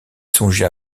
songeait